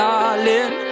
Darling